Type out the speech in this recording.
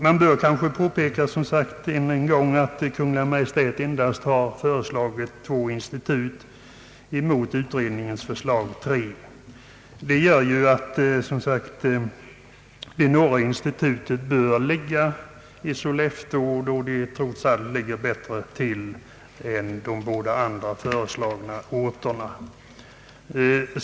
Jag bör kanske påpeka än en gång att Kungl. Maj:t endast föreslagit två institut mot av utredningen föreslagna tre. Det gör att det norra institutet bör ligga i Sollefteå, som trots allt ligger bättre till än de båda andra föreslagna orterna.